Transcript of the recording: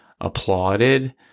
applauded